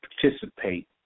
Participate